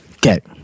get